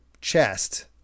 chest